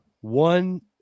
one